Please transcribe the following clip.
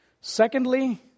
Secondly